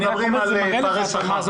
אנחנו מדברים על פערי שכר.